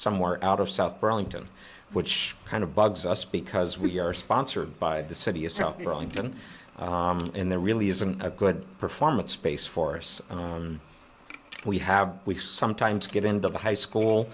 somewhere out of south burlington which kind of bugs us because we are sponsored by the city itself and can in there really isn't a good performance space for us on we have we sometimes get into the high